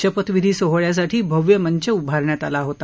शपथविधी सोहळ्यासाठी भव्य मंच उभारण्यात आला होता